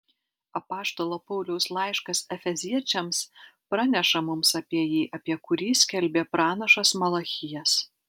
apaštalo pauliaus laiškas efeziečiams praneša mums apie jį apie kurį skelbė pranašas malachijas